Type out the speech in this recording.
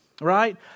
right